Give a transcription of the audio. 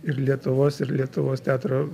ir lietuvos ir lietuvos teatro